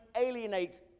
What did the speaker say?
alienate